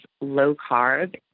low-carb